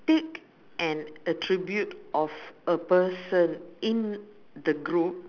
pick an attribute of a person in the group